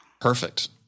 Perfect